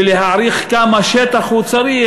ולהעריך כמה שטח הוא צריך.